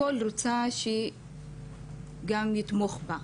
הכל היא רוצה שגם נתמוך בה.